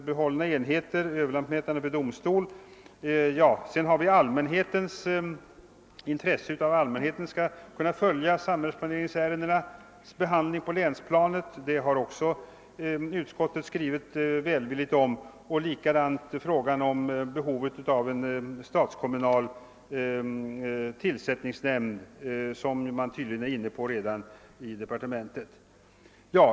Det är enligt min mening inte rimligt att staten utan vidare övertar detta utan att lämna kommunerna ekonomisk gottgörelse.